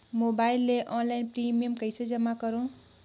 Mobile ले online premium कइसे जमा करों?